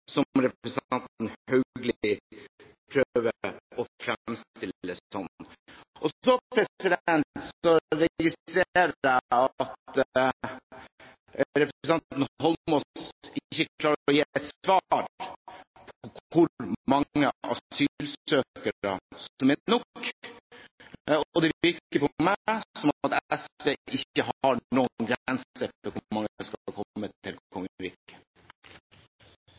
representanten Haugli prøver å fremstille det. Så registrerer jeg at representanten Holmås ikke klarer å gi et svar på hvor mange asylsøkere som er nok, og det virker for meg som om SV ikke har noen grense